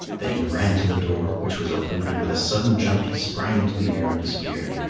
then he ran to the door, which was open, and with a sudden jump he sprang into the air and disappeared.